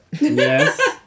Yes